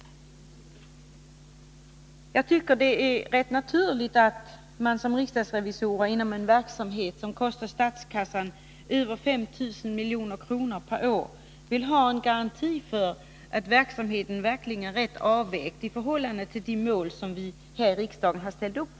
Jag tycker att det är rätt naturligt att riksdagsrevisorerna, när det gäller en verksamhet som kostar statskassan över 5 000 milj.kr. per år, vill ha en garanti för att verksamheten verkligen är rätt avvägd i förhållande till de mål som vi här i riksdagen har ställt upp.